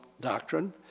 doctrine